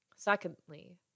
Secondly